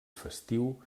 festiu